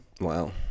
Wow